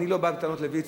אני לא בא בטענות לויצו,